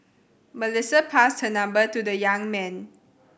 Melissa passed her number to the young man